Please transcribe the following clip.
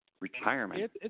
retirement